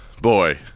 boy